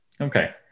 Okay